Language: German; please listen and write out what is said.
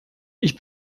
ich